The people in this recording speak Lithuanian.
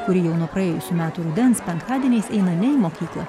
kuri jau nuo praėjusių metų rudens penktadieniais eina ne į mokykla